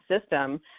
system